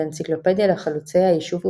באנציקלופדיה לחלוצי הישוב ובוניו,